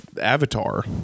avatar